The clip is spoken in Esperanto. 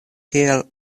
kiel